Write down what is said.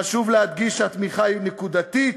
חשוב להדגיש שהתמיכה היא נקודתית,